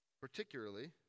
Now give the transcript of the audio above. particularly